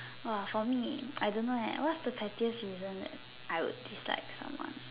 !wah! for me I don't know eh what's the pettiest reason I would dislike someone